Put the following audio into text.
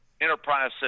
enterprise